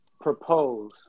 propose